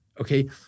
okay